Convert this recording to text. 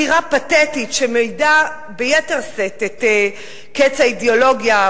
בחירה פתטית שמעידה ביתר שאת על קץ האידיאולוגיה,